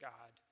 God